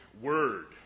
word